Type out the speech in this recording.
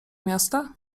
miasta